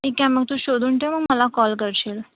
ठीक आहे मग तू शोधून ठेव मग मला कॉल करशील